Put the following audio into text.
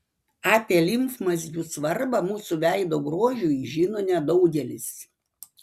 apie limfmazgių svarbą mūsų veido grožiui žino nedaugelis